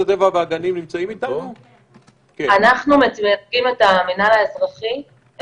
אנחנו מייצגים את המינהל האזרחי,